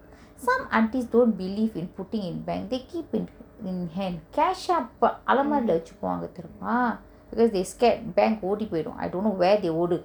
some aunties don't believe in putting in bank they keep in hand cash ah !alamak! வச்சிக்குவாங்க தெரியுமா:vachikkuvanga theriyuma because they scared bank ஓடிப் போயிரும்:odip poyirum I don't know where they ஓடு:odu